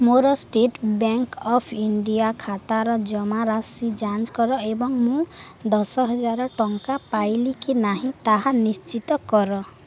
ମୋର State Bank of India ଖାତାର ଜମାରାଶି ଯାଞ୍ଚ କର ଏବଂ ମୁଁ ଦଶହଜାର ଟଙ୍କା ପାଇଲି କି ନାହିଁ ତାହା ନିଶ୍ଚିତ କର